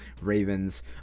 Ravens